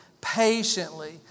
patiently